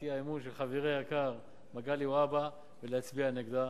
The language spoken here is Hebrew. האי-אמון של חברי היקר מגלי והבה ולהצביע נגדה.